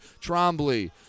Trombley